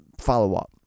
follow-up